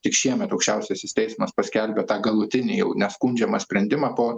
tik šiemet aukščiausiasis teismas paskelbė tą galutinį jau neskundžiamą sprendimą po